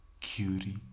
Cutie